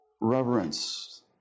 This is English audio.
reverence